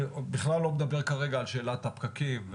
אני בכלל לא מדבר כרגע על שאלת הפקקים.